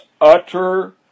utter